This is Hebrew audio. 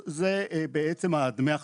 בסדר?